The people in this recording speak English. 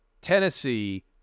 Tennessee